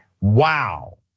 wow